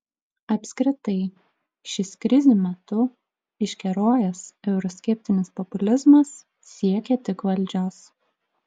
apskritai šis krizių metu iškerojęs euroskeptinis populizmas siekia tik valdžios